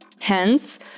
Hence